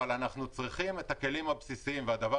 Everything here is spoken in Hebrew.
אבל אנחנו צריכים את הכלים הבסיסיים והדבר